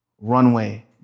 runway